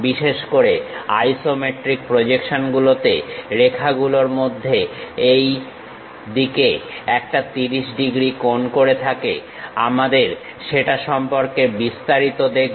বিশেষ করে আইসোমেট্রিক প্রজেকশনগুলোতে রেখাগুলোর মধ্যে একটা এইদিকে 30 ডিগ্রী কোণ করে থাকে আমরা সেটা সম্পর্কে বিস্তারিত দেখব